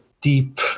deep